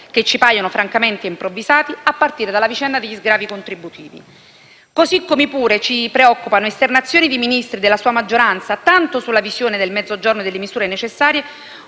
che ci paiono francamente improvvisati, a partire dalla vicenda degli sgravi contributivi. Così come pure ci preoccupano esternazioni di Ministri della sua maggioranza tanto sulla visione del Mezzogiorno e delle misure necessarie,